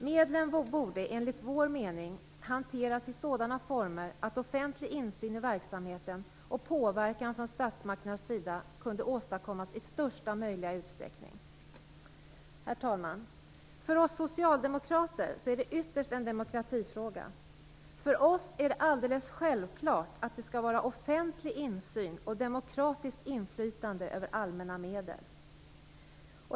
Medlen borde enligt vår mening hanteras i sådana former att offentlig insyn i verksamheten och påverkan från statsmakternas sida kunde åstadkommas i största möjliga utsträckning. Herr talman! För oss socialdemokrater är detta ytterst en demokratifråga. För oss är det alldeles självklart att det skall vara offentlig insyn och demokratiskt inflytande över allmänna medel.